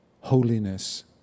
holiness